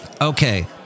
Okay